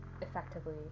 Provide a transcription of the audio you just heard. effectively